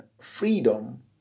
freedom